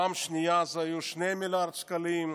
פעם שנייה אלה היו 2 מיליארד שקלים.